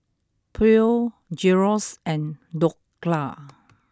Pho Gyros and Dhokla